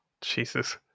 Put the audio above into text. Jesus